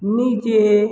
नीचे